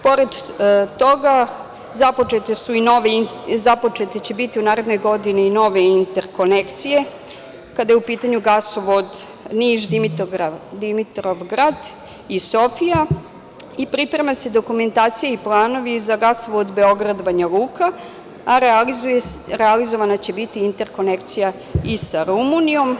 Pored toga, započete će biti u narednoj godini i nove interkonekcije kada je u pitanju gasovod Niš – Dimitrovgrad i Sofija i priprema se dokumentacija i planovi za gasovod Beograd – Banja Luka, a realizovana će i biti interkonekcija i sa Rumunijom.